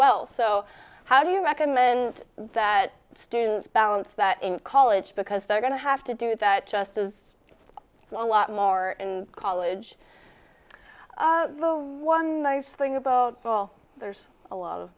well so how do you recommend that students balance that in college because they're going to have to do that just as a lot more in college the one nice thing about paul there's a lot of